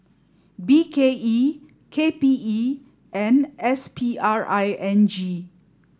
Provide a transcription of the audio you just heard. B K E K P E and S P R I N G